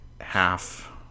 half